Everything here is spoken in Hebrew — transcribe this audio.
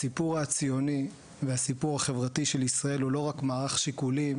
הסיפור הציוני והסיפור החברתי של ישראל הוא לא רק מערך שיקולים,